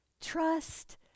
trust